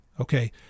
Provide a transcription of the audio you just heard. okay